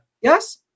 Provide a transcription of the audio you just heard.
Yes